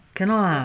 cannot ah